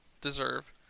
deserve